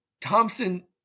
Thompson